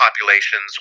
populations